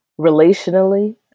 relationally